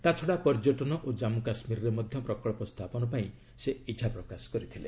ତାଛଡ଼ା ପର୍ଯ୍ୟଟନ ଓ ଜାନ୍ମୁ କାଶ୍ମୀରରେ ମଧ୍ୟ ପ୍ରକଳ୍ପ ସ୍ଥାପନ ପାଇଁ ସେ ଇଚ୍ଛା ପ୍ରକାଶ କରିଥିଲେ